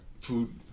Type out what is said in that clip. food